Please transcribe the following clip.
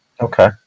Okay